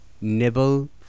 nibble